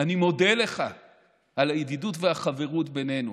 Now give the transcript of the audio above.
אני מודה לך על הידידות והחברות בינינו,